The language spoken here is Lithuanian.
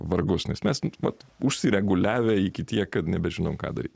vargus nes mes nu vat užsireguliavę iki tiek kad nebežinom ką daryt